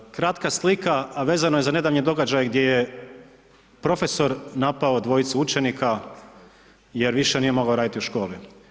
Kratka slika a vezano je za nedavni događaj gdje je profesor napao dvojicu učenika jer više nije mogao raditi u školo.